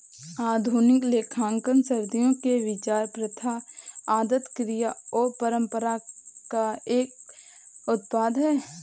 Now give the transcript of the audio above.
आधुनिक लेखांकन सदियों के विचार, प्रथा, आदत, क्रिया और परंपरा का एक उत्पाद है